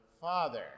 father